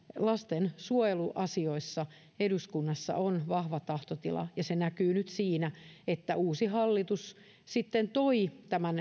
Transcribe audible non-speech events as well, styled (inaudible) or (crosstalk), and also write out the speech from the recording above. lastensuojeluasioissa eduskunnassa on vahva tahtotila ja se näkyy nyt siinä että uusi hallitus sitten toi tämän (unintelligible)